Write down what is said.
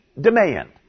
demand